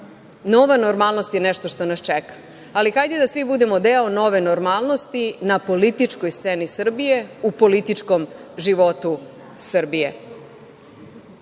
nova normalnost je nešto što nas čeka. Ali, hajde da svi budemo deo nove normalnosti na političkoj sceni Srbije, u političkom životu Srbije.